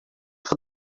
for